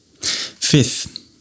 Fifth